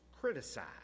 criticized